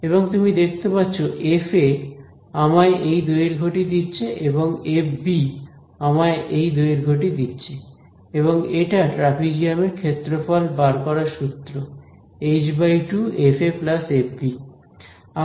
এবং তুমি দেখতে পাচ্ছো f আমায় এই দৈর্ঘ্য টি দিচ্ছে এবং f আমায় এই দৈর্ঘ্য টি দিচ্ছে এবং এটা ট্রাপিজিয়ামের ক্ষেত্রফল বার করার সূত্র f f